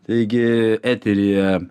taigi eteryje